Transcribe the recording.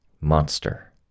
Monster